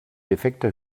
defekter